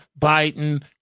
Biden